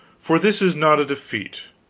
for this is not a defeat.